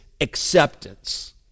acceptance